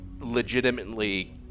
legitimately